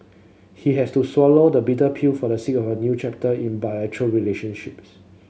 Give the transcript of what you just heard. he has to swallow the bitter pill for the sake of a new chapter in relationships